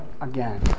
again